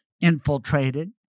infiltrated